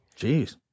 Jeez